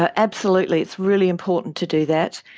ah absolutely, it's really important to do that,